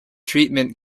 treatment